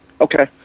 Okay